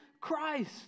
Christ